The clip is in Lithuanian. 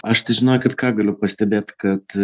aš tai žinokit ką galiu pastebėti kad